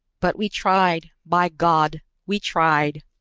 but we tried! by god, we tried!